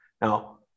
Now